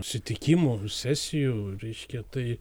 sutikimų sesijų reiškia tai